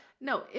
No